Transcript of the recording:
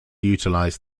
utilize